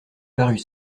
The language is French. parut